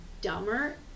dumber